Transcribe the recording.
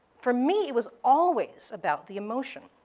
for me, it was always about the emotion,